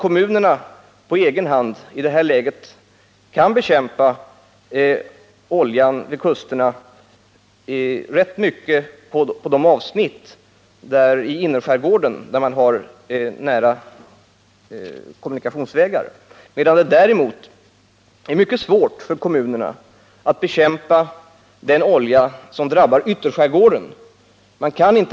Kommunerna kan f. n. till stor del själva bekämpa oljan vid kusterna till de delar av innerskärgården där man har näraliggande kommunikationsvägar, medan de däremot har mycket svårt att bekämpa den olja som drabbar ytterskärgården.